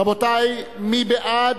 רבותי, מי בעד?